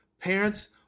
Parents